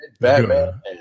Batman